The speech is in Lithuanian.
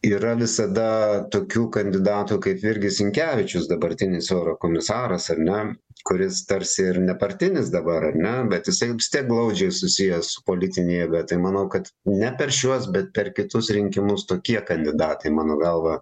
yra visada tokių kandidatų kaip virgis sinkevičius dabartinis eurokomisaras ar ne kuris tarsi ir nepartinis dabar ar ne bet jisai vis tiek glaudžiai susijęs su politine jėga tai manau kad ne per šiuos bet per kitus rinkimus tokie kandidatai mano galva